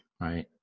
right